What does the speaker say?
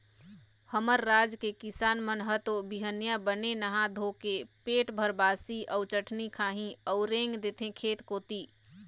हमर राज के किसान मन ह तो बिहनिया बने नहा धोके पेट भर बासी अउ चटनी खाही अउ रेंग देथे खेत कोती